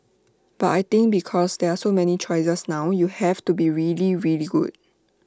but I think because there are so many choices now you have to be really really good